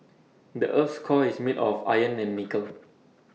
the Earth's core is made of iron and nickel